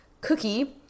cookie